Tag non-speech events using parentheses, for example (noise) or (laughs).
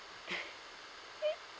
(laughs)